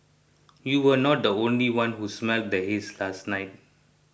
you were not the only one who smelled the haze last night